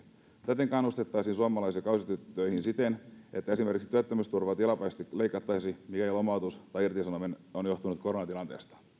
täten kannustettaisiin suomalaisia kausitöihin siten että esimerkiksi työttömyysturvaa tilapäisesti ei leikattaisi mikäli lomautus on johtunut koronatilanteesta